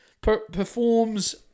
performs